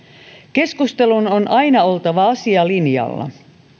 keskustelun on aina oltava asialinjalla